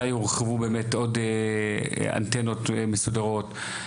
מתי יורחבו באמת עוד אנטנות מסודרות?